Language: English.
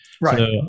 Right